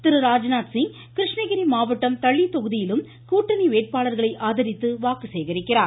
திரு ராஜ்நாத் சிங் கிருஷ்ணகிரி மாவட்டம் தளி தொகுதியிலும் கூட்டணி வேட்பாளர்களை ஆதரித்து வாக்கு சேகரிக்கிறார்